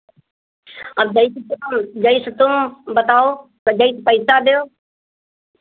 अब जैसे तुम जैसे तुम बताओ और जैसे पैसा देओ